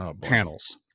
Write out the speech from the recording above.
panels